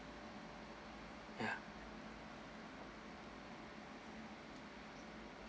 ya